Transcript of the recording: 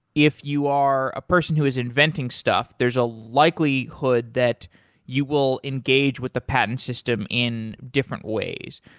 if you are a person who is inventing stuff, there's a likelihood that you will engage with the patent system in different ways.